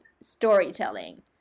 storytelling